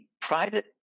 private